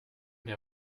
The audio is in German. der